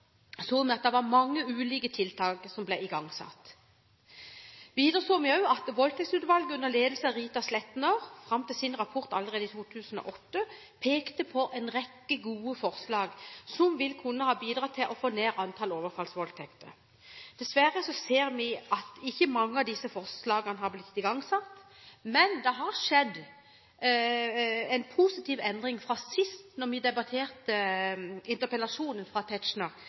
at det var mange ulike tiltak som ble igangsatt. Videre har vi sett at Voldtektsutvalget, under ledelse av Rita Sletner, som framla sin rapport allerede i 2008, pekte på en rekke gode forslag som ville kunne ha bidratt til å få ned antallet overfallsvoldtekter. Dessverre ser vi at ikke mange av disse forslagene har blitt igangsatt, men det har skjedd en positiv endring fra sist – fra vi debatterte interpellasjonen fra Tetzschner,